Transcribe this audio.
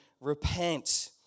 repent